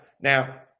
now